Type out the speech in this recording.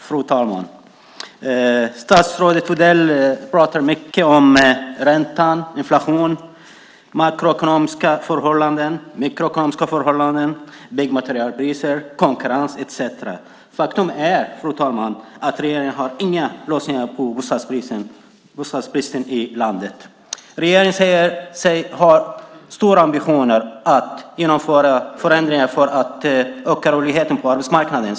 Fru talman! Statsrådet Odell pratar mycket om ränta, inflation, makroekonomiska förhållanden, mikroekonomiska förhållanden, byggmaterialpriser, konkurrens etcetera. Faktum är att regeringen inte har några lösningar på bostadsbristen i landet. Regeringen säger sig ha stora ambitioner att genomföra förändringar för att öka rörligheten på arbetsmarknaden.